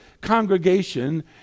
congregation